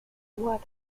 what